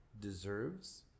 deserves